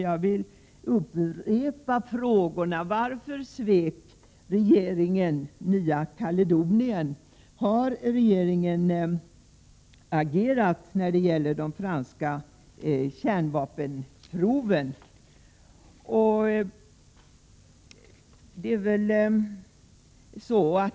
Jag vill därför upprepa frågorna. Varför svek regeringen Nya Kaledonien? Har regeringen agerat när det gäller de franska kärnvapenproven?